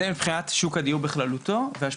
אז זה מבחינת שוק הדיור בכללותו וגם על